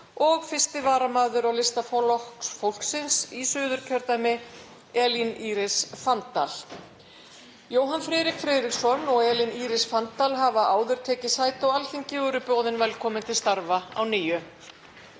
og 1. varamaður á lista Flokks fólksins í Suðurkjördæmi, Elín Íris Fanndal. Jóhann Friðrik Friðriksson og Elín Íris Fanndal hafa áður tekið sæti á Alþingi og eru boðin velkomin til starfa að nýju.